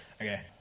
Okay